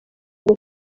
ngo